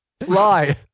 Lie